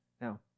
Now